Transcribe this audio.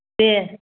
दे